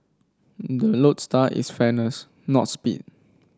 the lodestar is fairness not speed